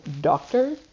doctor